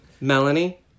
Melanie